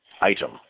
item